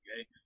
okay